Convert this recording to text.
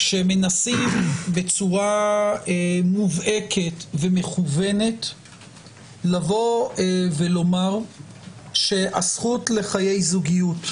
שמנסים בצורה מובהקת ומכוונת לבוא ולומר שהזכות לחיי זוגיות,